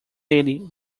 daily